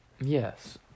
yes